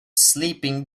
sleeping